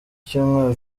cyumweru